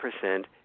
percent